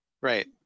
Right